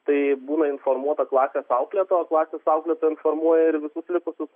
tai būna informuota klasės auklėtoja o klasės auklėtoja informuoja ir visus likusius